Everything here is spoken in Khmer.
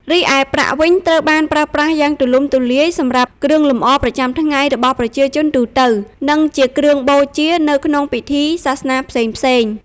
រីឯប្រាក់វិញត្រូវបានប្រើប្រាស់យ៉ាងទូលំទូលាយសម្រាប់ គ្រឿងលម្អប្រចាំថ្ងៃ របស់ប្រជាជនទូទៅ និងជា គ្រឿងបូជា នៅក្នុងពិធីសាសនាផ្សេងៗ។